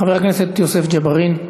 חבר הכנסת יוסף ג'בארין,